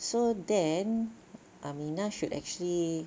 so then Aminah should actually